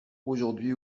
aujourd’hui